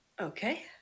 okay